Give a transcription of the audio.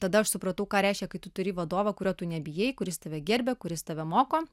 tada aš supratau ką reiškia kai tu turi vadovą kurio tu nebijai kuris tave gerbia kuris tave moko